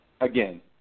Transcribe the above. again